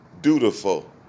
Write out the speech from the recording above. dutiful